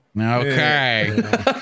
Okay